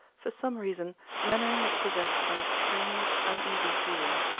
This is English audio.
for some reason mainwaring was possessed by a strange, uneasy feeling.